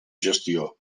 gestió